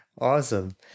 Awesome